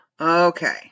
Okay